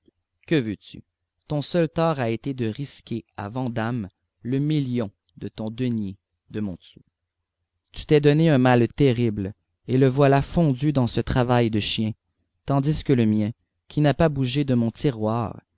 que veux-tu ton seul tort a été de risquer à vandame le million de ton denier de montsou tu t'es donné un mal terrible et le voilà fondu dans ce travail de chien tandis que le mien qui n'a pas bougé de mon tiroir